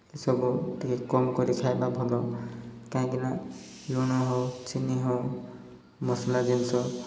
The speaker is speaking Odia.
ଏସବୁ ଟିକିଏ କମ୍ କରି ଖାଇବା ଭଲ କାହିଁକିନା ଲୁଣ ହେଉ ଚିନି ହେଉ ମସଲା ଜିନିଷ